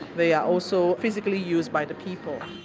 they are also physically used by the people.